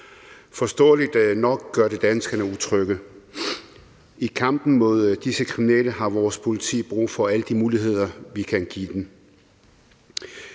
Forståeligt nok gør det danskerne utrygge. I kampen mod disse kriminelle har vores politi brug for alle de muligheder, vi kan give dem.